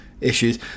issues